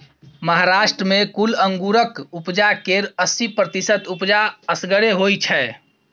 महाराष्ट्र मे कुल अंगुरक उपजा केर अस्सी प्रतिशत उपजा असगरे होइ छै